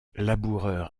laboureur